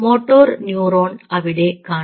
motor neuron അവിടെ കാണാം